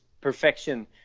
perfection